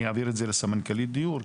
אני אעביר את זה לסמנכ"לית דיור,